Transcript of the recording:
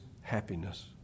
happiness